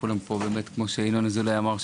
כמו שינון אזולאי אמר,